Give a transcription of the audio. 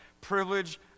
privilege